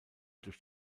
durch